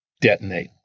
detonate